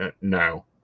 No